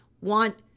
want